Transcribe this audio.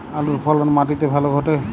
আলুর ফলন মাটি তে ভালো ঘটে?